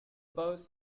both